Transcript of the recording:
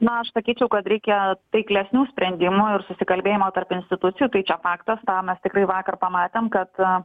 na aš sakyčiau kad reikia taiklesnių sprendimų ir susikalbėjimo tarp institucijų tai čia faktas na mes tiktai vakar pamatėm kad